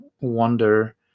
wonder